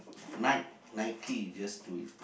Nike Nike just do it